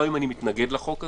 גם אם אני מתנגד לחוק הזה,